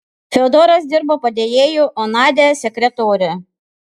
fiodoras dirbo padėjėju o nadia sekretore